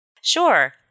Sure